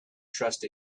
trust